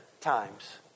times